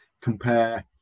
compare